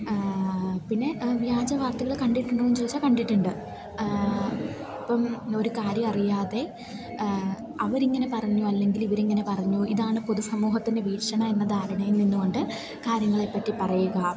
പിന്നെ വ്യാജ വാർത്തകൾ കണ്ടിട്ടുണ്ടോയെന്ന് ചോദിച്ചാൽ കണ്ടിട്ടുണ്ട് ഇപ്പം ഒരു കാര്യം അറിയാതെ അവരിങ്ങനെ പറഞ്ഞു അല്ലെങ്കിൽ ഇവരിങ്ങനെ പറഞ്ഞു ഇതാണ് പൊതു സമൂഹത്തിൻ്റെ വീക്ഷണം എന്ന ധാരണയിൽ നിന്നു കൊണ്ട് കാര്യങ്ങളെപ്പറ്റി പറയുക